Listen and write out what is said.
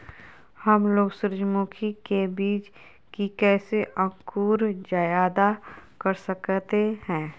हमलोग सूरजमुखी के बिज की कैसे अंकुर जायदा कर सकते हैं?